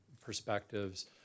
perspectives